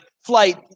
flight